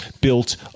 built